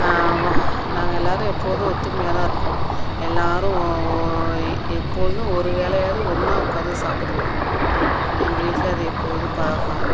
நாங்கள் எல்லோரும் எப்போதும் ஒத்துமையாக தான் இருப்போம் எல்லோரும் எப்பொழுதும் ஒரு வேளையாவது ஒன்னாக உக்காந்து சாப்பிடுவோம் எங்கள் வீட்டில் அது எப்போதும் பழக்கம்